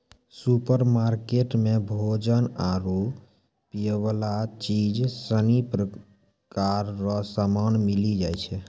supermarket मे भोजन आरु पीयवला चीज सनी प्रकार रो समान मिली जाय छै